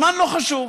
הזמן לא חשוב.